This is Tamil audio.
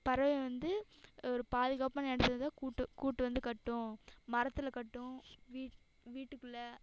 பறவை வந்து ஒரு பாதுகாப்பான இடத்துலதான் கூட்டை கூட்டை வந்து கட்டும் மரத்தில் கட்டும் வீட் வீட்டுக்குள்ளே